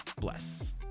bless